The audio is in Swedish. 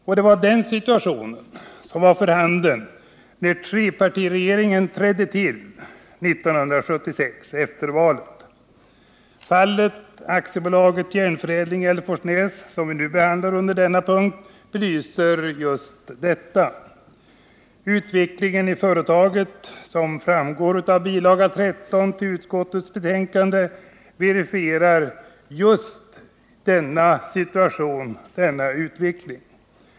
jé Det var denna situation som var för handen när trepartiregeringen trädde till 1976 efter valet. Fallet AB Järnförädling i Hälleforsnäs, som vi nu behandlar under denna punkt, belyser just detta. Utvecklingen i företaget verifierar, som framgår av bil. 13 till utskottsbetänkandet, just denna situation, denna utveckling.